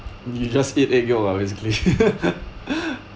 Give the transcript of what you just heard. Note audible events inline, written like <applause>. you just eat egg yolk lah basically <laughs>